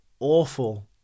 awful